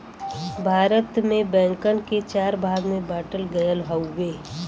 भारत में बैंकन के चार भाग में बांटल गयल हउवे